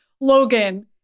Logan